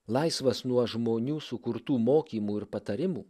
laisvas nuo žmonių sukurtų mokymų ir patarimų